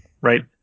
right